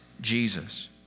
Jesus